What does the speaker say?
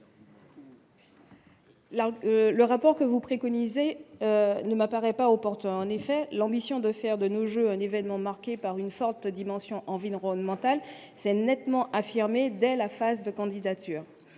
le rapport que vous préconisez ne m'apparaît pas opportun, en effet, l'ambition de faire de nos jeux, un événement marqué par une forte dimension environnementale c'est nettement affirmée dès la phase de candidature,